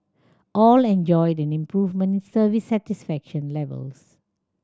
all enjoyed an improvement in service satisfaction levels